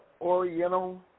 Oriental